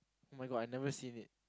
[oh]-my-god I've never seen it